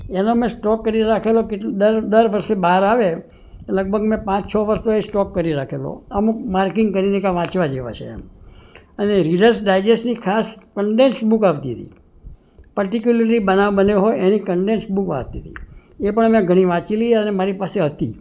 જેનો મેં સ્ટોક કરી રાખેલો દર વર્ષે તે બાર આવે લગભગ મેં પાંચ છ વર્ષ તો એનો મેં સ્ટોક કરી રાખેલો અમુક માર્કિંગ કરીને કે આ વાંચવા જેવા છે અને રીડર્સ ડાયજેસ્ટની ખાસ કંડેન્સ બુક આવતી હતી પર્ટીકયુલરલી બનાવ બન્યો હોય એની કંડેન્સ બુક આવતી હતી એ પણ મેં ઘણી વાંચેલી અને મારી પાસે હતી